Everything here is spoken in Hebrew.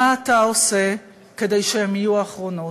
מה אתה עושה כדי שהן יהיו האחרונות.